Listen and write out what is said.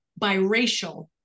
biracial